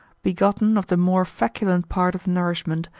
begotten of the more feculent part of nourishment,